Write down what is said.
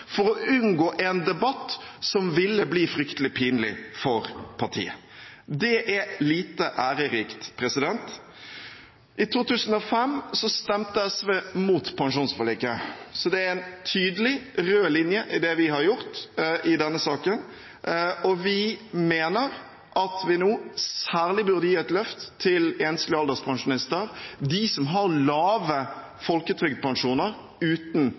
for å unngå en debatt som ville bli fryktelig pinlig for partiet. Det er lite ærerikt. I 2005 stemte SV mot pensjonsforliket, så det er en tydelig rød linje i det vi har gjort i denne saken. Vi mener at vi nå særlig burde gi et løft til enslige alderspensjonister, de som har lave folketrygdpensjoner uten